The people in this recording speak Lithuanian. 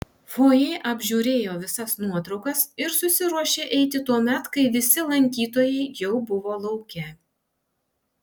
fojė apžiūrėjo visas nuotraukas ir susiruošė eiti tuomet kai visi lankytojai jau buvo lauke